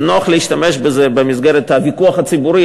נוח להשתמש בזה במסגרת הוויכוח הציבורי,